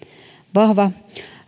vahva